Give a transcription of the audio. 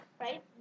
right